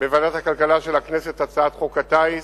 בוועדת הכלכלה של הכנסת הצעת חוק הטיס,